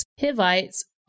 Hivites